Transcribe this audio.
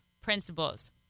principles